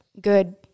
good